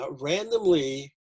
Randomly